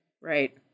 right